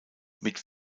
mit